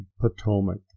POTOMAC